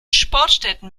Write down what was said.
sportstätten